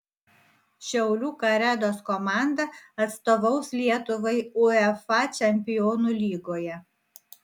šiaulių karedos komanda atstovaus lietuvai uefa čempionų lygoje